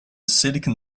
silicon